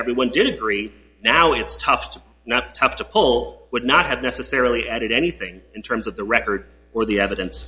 everyone did agree now it's tough to not tough to pull would not have necessarily added anything in terms of the record or the evidence